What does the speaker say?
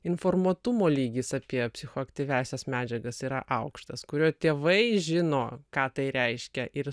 informuotumo lygis apie psichoaktyviąsias medžiagas yra aukštas kurio tėvai žino ką tai reiškia ir